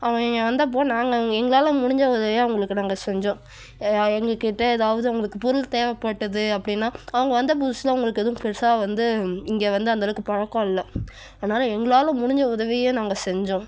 அவங்க இங்கே வந்தப்போ நாங்கள் எங்களால் முடிஞ்ச உதவியை அவர்களுக்கு நாங்கள் செஞ்சோம் எங்கள்கிட்ட ஏதாவது அவங்களுக்கு பொருள் தேவைப்பட்டுது அப்படின்னா அவங்க வந்து புதுசில அவர்களுக்கு ஏதும் பெரிசா வந்து இங்கே வந்து அந்தளவுக்கு பழக்கம் இல்லை அதனால் எங்களால் முடிஞ்ச உதவியை நாங்கள் செஞ்சோம்